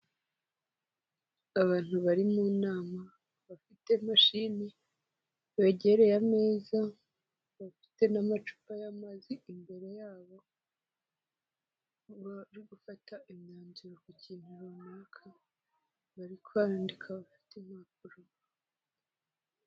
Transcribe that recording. Abantu bari mu nama bafite mashini, begereye ameza, bafite n'amacupa y'amazi imbere yabo, bari gufata imyanzuro ku kintu runaka, bari kwandika, abafite impapuro.